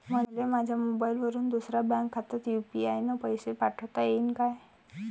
मले माह्या मोबाईलवरून दुसऱ्या बँक खात्यात यू.पी.आय न पैसे पाठोता येईन काय?